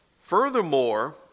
Furthermore